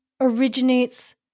originates